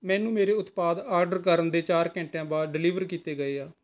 ਮੈਨੂੰ ਮੇਰੇ ਉਤਪਾਦ ਆਡਰ ਕਰਨ ਦੇ ਚਾਰ ਘੰਟਿਆਂ ਬਾਅਦ ਡਿਲੀਵਰ ਕੀਤੇ ਗਏ ਆ